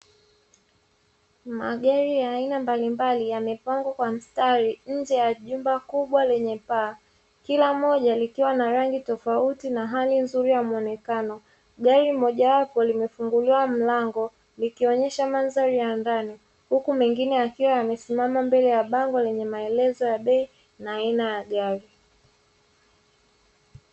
Magari ya aina mbalimbali yamepangwa kwa mstari nje ya jumba kubwa lenye paa, kila moja likiwa na rangi ya tofauti na hali nzuri ya muonekano. Gari mojawapo limefunguliwa mlango likionesha mandhari ya ndani, huku mengine yakiwa yamesimama mbele ya bango lenye maelezo ya bei na aina ya gari.